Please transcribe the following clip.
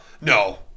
no